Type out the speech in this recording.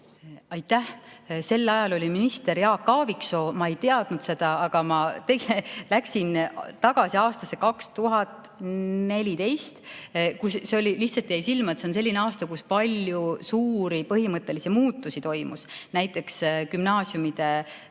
Aitäh! Sel ajal oli minister Jaak Aaviksoo. Ma ei teadnud seda. Ma läksin tagasi aastasse 2014. See lihtsalt jäi silma, et on selline aasta, kui palju suuri põhimõttelisi muutusi toimus, näiteks gümnaasiumide lõpueksamite